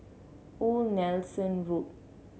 Old Nelson Road